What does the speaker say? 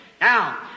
Now